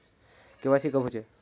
KYC कब होचे?